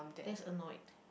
that's annoyed